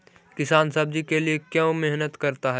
किसान सब्जी के लिए क्यों मेहनत करता है?